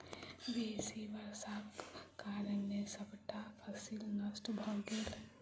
बेसी वर्षाक कारणें सबटा फसिल नष्ट भ गेल